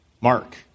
Mark